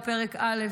פרק א',